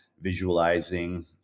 visualizing